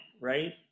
right